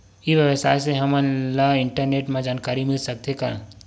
ई व्यवसाय से हमन ला इंटरनेट मा जानकारी मिल सकथे का?